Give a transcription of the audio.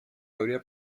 habría